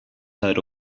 heard